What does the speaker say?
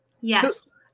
Yes